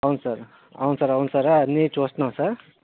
అవును సారు అవును సార్ అవును సార్ అవన్నీ చూస్తున్నాము సార్